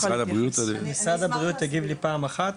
משרד הבריאות הגיב לי פעם אחת.